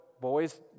boys